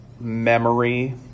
memory